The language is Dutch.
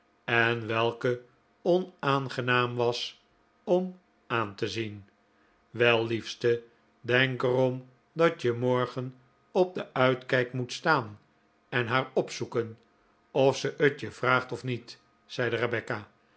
en welke onaangenaam was om aan te zien wel liefste denk er om dat je morgen op den uitkijk moet staan en haar opzoeken of ze het je vraagt of niet zeide rebecca